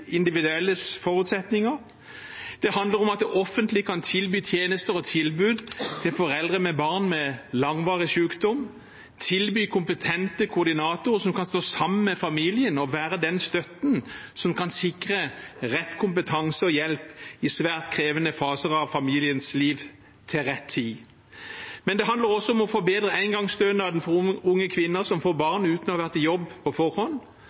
individuelle forutsetninger. Det handler om at det offentlige kan tilby tjenester og gi tilbud til foreldre med barn med langvarig sykdom, tilby kompetente koordinatorer som kan stå sammen med familien og være den støtten som kan sikre rett kompetanse og hjelp til rett tid i svært krevende faser av familiens liv. Men det handler også om å forbedre engangsstønaden for unge kvinner som får barn uten å ha vært i jobb på forhånd